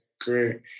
great